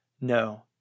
No